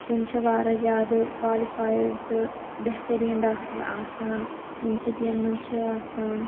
تِم چھِ واراہ زیادٕ کالِفایِڈ تہٕ بہتَریٖن ڈاکٹَر آسان یِم سِٹی یَن مَنٛز چھِ آسان